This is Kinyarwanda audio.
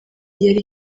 yari